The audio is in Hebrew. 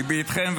ליבי איתכם,